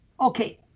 okay